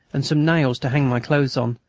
and some nails to hang my clothes on,